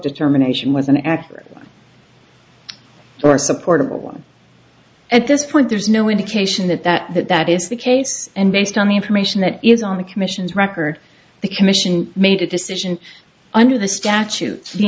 determination was an accurate or supportable one at this point there's no indication that that that that is the case and based on the information that is on the commission's record the commission made a decision under the statute the